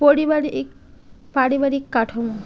পারিবারিক পারিবারিক কাঠামো